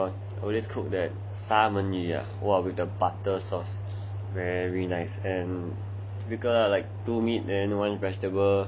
always cook that 三文鱼啊 !wah! with that butter sauce !wah! very nice typical lah like two meat then one vegetable